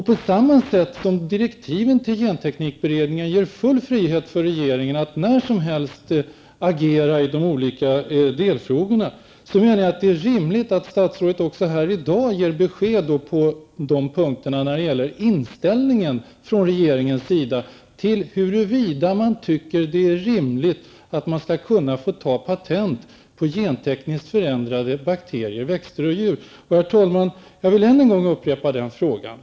På samma sätt som direktiven till genteknikberedningen ger full frihet för regerigen att när som helst agera i de olika delfrågorna, menar jag att det är rimligt att statsrådet här i dag ger besked om regeringens inställning på de här punkterna, huruvida regeringen tycker att det är rimligt att man skall kunna få ta patent på gentekniskt förändrade bakterier, växter och djur. Herr talman! Jag vill än en gång upprepa frågan.